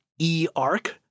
eARC